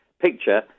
picture